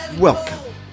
Welcome